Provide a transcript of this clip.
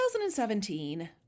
2017